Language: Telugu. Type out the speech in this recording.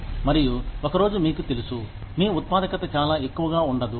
మరియు ఒకరోజు మీకు తెలుసు మీ ఉత్పాదకత చాలా ఎక్కువగా ఉండదు